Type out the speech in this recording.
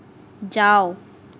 যাও